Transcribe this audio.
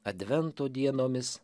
advento dienomis